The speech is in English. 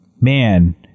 man